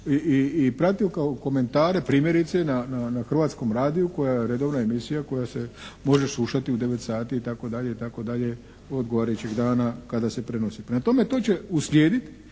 i pratio kao komentare primjerice na Hrvatskom radio koja, redovna emisija koja se može slušati u 9 sati itd., itd. odgovarajućeg dana kada se prenosi. Prema tome to će uslijediti.